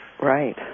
Right